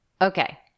Okay